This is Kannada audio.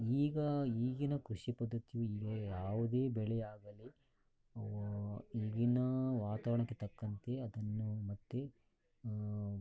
ಈಗ ಈಗಿನ ಕೃಷಿ ಪದ್ಧತಿಯು ಈಗ ಯಾವುದೇ ಬೆಳೆ ಆಗಲಿ ಈಗಿನ ವಾತಾವರಣಕ್ಕೆ ತಕ್ಕಂತೆ ಅದನ್ನು ಮತ್ತೆ